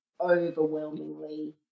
overwhelmingly